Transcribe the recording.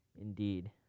Indeed